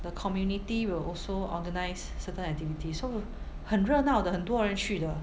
the community will also organise certain activities so 很热闹的很多人去的